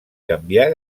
canviar